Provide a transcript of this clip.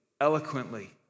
eloquently